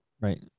Right